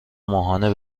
ماهیانه